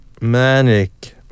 Manic